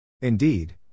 Indeed